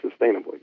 sustainably